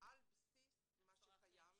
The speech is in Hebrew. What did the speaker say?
על בסיס מה שקיים והצרכים,